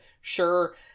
sure